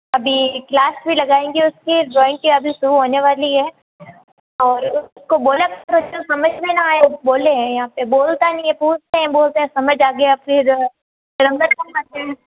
अभी क्लास भी लगाएंगे उसकी ड्रॉइंग की अभी शुरू होने वाली है और उसको बोला करो जब समझ में ना आए बोले यहाँ पे बोलता नहीं है पूछते हैं बोलते हैं समझ आ गया फिर